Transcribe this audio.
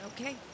Okay